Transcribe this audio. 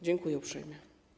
Dziękuję uprzejmie.